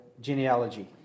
genealogy